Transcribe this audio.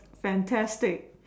fantastic